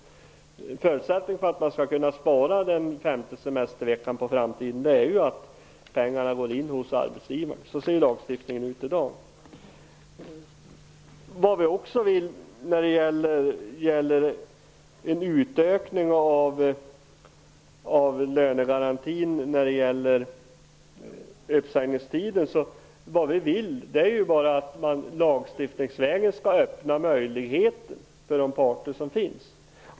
Förutsättningen för att man skall kunna spara den femte semesterveckan för framtiden är ju att pengarna går in hos arbetsgivaren. Så ser lagstiftningen ut i dag. I frågan om en utökning av lönegarantin i samband med uppsägningstiden vill vi bara att man lagstiftningsvägen öppnar möjligheten för de berörda parterna.